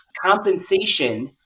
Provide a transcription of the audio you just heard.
compensation